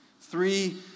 three